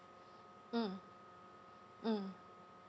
mm mm